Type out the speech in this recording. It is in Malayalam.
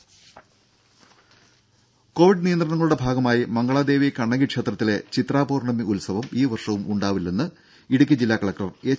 ദ്ദേ കോവിഡ് നിയന്ത്രണങ്ങളുടെ ഭാഗമായി മംഗളാദേവി കണ്ണകി ക്ഷേത്രത്തിലെ ചിത്രാപൌർണമി ഉത്സവം ഈ വർഷവും ഉണ്ടാവില്ലെന്ന് ജില്ലാ കലക്ടർ എച്ച്